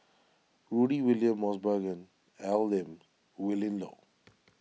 Rudy William Mosbergen Al Lim Willin Low